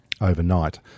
overnight